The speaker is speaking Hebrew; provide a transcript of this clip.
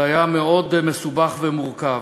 זה היה מאוד מסובך ומורכב.